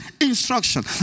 instruction